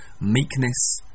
meekness